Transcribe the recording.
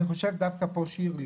אני חושב דווקא פה שירלי